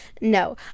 No